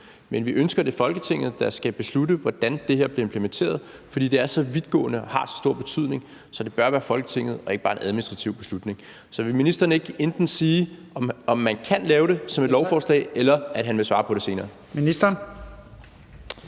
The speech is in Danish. Men vi ønsker, at det er Folketinget, der skal beslutte, hvordan det her bliver implementeret, fordi det er så vidtgående og har så stor betydning, at det bør være Folketinget og ikke bare en administrativ beslutning. Så vil ministeren ikke enten sige, om man kan lave det som et lovforslag, eller at han vil svare på det senere?